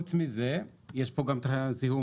חוץ מזה יש פה גם את עניין הזיהום.